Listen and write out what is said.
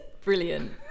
brilliant